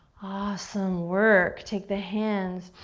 awesome work. take the hands,